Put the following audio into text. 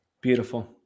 Beautiful